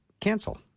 cancel